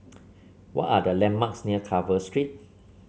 what are the landmarks near Carver Street